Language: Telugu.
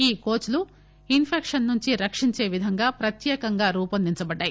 ఈ కోచ్లు ఇన్ఫెక్షన్ నుండి రక్షించే విధంగా ప్రత్యేకంగా రూపొందించబడ్డాయి